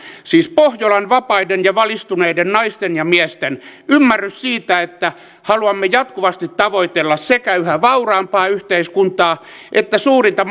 siis pohjolan vapaiden ja valistuneiden naisten ja miesten ymmärrys siitä että haluamme jatkuvasti tavoitella sekä yhä vauraampaa yhteiskuntaa että suurinta